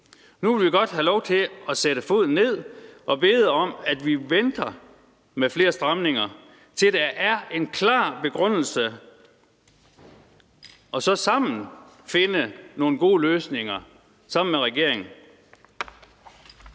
Nu vil vi godt have lov til at sætte foden ned og bede om, at vi venter med flere stramninger, til der er en klar begrundelse, og så sammen med regeringen finde nogle gode løsninger.